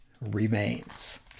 remains